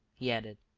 he added,